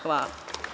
Hvala.